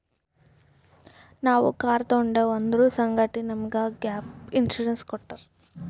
ನಾವ್ ಕಾರ್ ತೊಂಡಿವ್ ಅದುರ್ ಸಂಗಾಟೆ ನಮುಗ್ ಗ್ಯಾಪ್ ಇನ್ಸೂರೆನ್ಸ್ ಕೊಟ್ಟಾರ್